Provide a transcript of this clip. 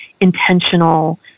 intentional